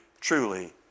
truly